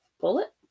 bullet